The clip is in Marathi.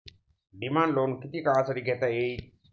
डिमांड लोन किती काळासाठी घेता येईल?